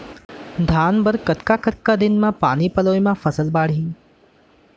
धान बर कतका कतका दिन म पानी पलोय म फसल बाड़ही?